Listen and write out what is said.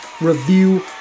Review